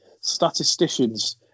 statisticians